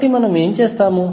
కాబట్టి మనము ఏమి చేస్తాము